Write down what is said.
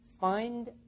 Find